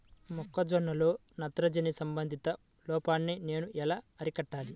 మొక్క జొన్నలో నత్రజని సంబంధిత లోపాన్ని నేను ఎలా అరికట్టాలి?